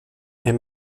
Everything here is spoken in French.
est